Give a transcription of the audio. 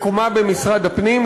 מקומה במשרד הפנים,